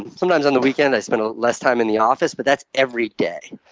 sometimes on the weekend i spend ah less time in the office, but that's every day.